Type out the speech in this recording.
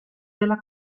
della